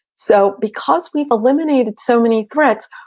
so because we've eliminated so many threats,